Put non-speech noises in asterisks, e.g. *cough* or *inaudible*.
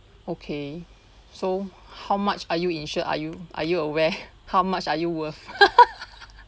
okay so how much are you insured are you are you aware *laughs* how much are you worth *laughs*